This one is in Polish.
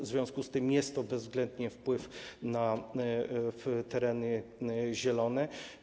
W związku z tym jest to bezwzględnie wpływ na tereny zielone.